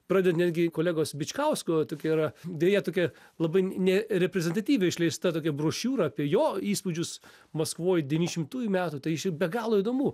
pradedant netgi kolegos bičkausko va tokia yra deja tokia labai nereprezentatyviai išleista tokia brošiūra apie jo įspūdžius maskvoj devyniašimtųjų metų tai ši be galo įdomu